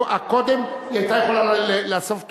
קודם היא היתה יכולה לאסוף תרומות,